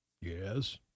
yes